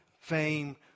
fame